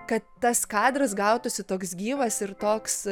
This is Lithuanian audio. kad tas kadras gautųsi toks gyvas ir toks